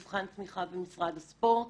מבחן תמיכה במשרד הספורט